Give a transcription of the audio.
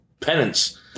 penance